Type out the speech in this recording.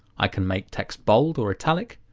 i can make text bold or italic,